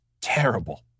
terrible